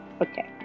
Okay